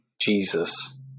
Jesus